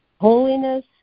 Holiness